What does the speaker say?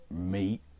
meet